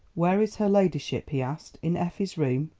where is her ladyship? he asked. in effie's room?